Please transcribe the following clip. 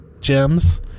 gems